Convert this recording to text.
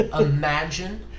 imagine